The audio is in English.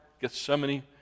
Gethsemane